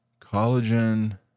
Collagen